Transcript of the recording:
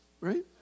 Right